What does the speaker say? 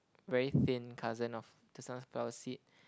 very thin cousin of the sunflower seed